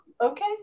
okay